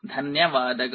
ಧನ್ಯವಾದಗಳು